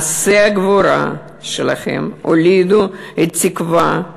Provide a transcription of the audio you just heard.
מעשי הגבורה שלכם הולידו את התקווה,